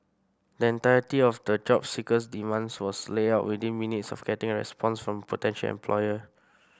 the entirety of the job seeker's demands was laid out within minutes of getting a response from potential employer